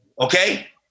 okay